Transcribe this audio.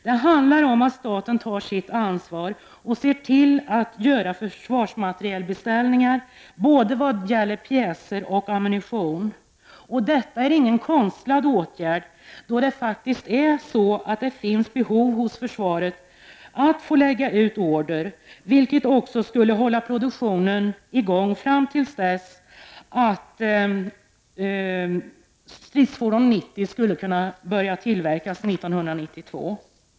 Det handlar om att staten tar sitt ansvar och ser till att göra försvarsmaterielbeställningar, både av pjäser och av ammunition. Detta är inte någon konstlad åtgärd, eftersom det faktiskt finns behov hos försvaret av att lägga ut order, något som också skulle hålla produktionen i gång fram till dess att stridsfordon 90 kan börja tillverkas år 1992.